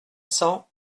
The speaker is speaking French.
cents